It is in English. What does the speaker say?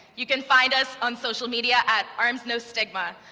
you can find us on social media at armsnostigma.